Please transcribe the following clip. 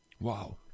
Wow